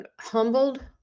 humbled